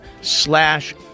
slash